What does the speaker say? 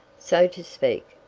so to speak.